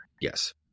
Yes